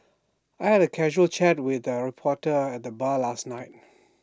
I had A casual chat with A reporter at the bar last night